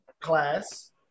class